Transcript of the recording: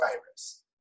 virus